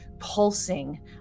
pulsing